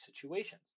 situations